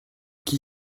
qui